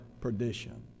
perdition